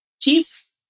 chief